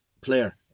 player